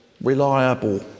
reliable